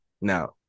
Now